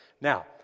Now